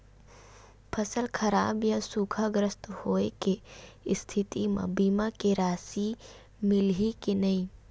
फसल खराब या सूखाग्रस्त होय के स्थिति म बीमा के राशि मिलही के नही?